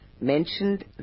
mentioned